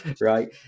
right